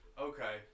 Okay